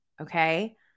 okay